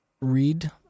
Read